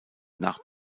nach